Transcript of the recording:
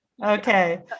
Okay